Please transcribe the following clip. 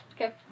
Okay